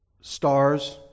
stars